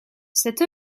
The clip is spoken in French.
cette